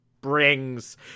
brings